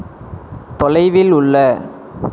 தொலைவில் உள்ள